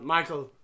Michael